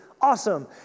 Awesome